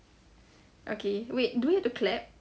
okay wait do we have to clap